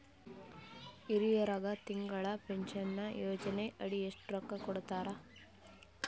ಹಿರಿಯರಗ ತಿಂಗಳ ಪೀನಷನಯೋಜನ ಅಡಿ ಎಷ್ಟ ರೊಕ್ಕ ಕೊಡತಾರ?